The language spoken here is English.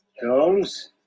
Jones